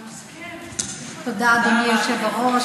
תודה, אדוני היושב-ראש.